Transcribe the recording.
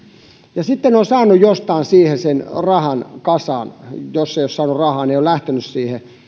ja sitten he ovat saaneet jostain siihen sen rahan kasaan jos ei ole saanut rahaa niin ei ole lähtenyt siihen